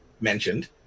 mentioned